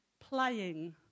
playing